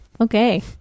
Okay